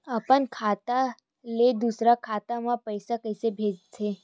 अपन खाता ले दुसर के खाता मा पईसा कइसे भेजथे?